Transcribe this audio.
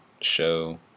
show